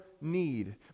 need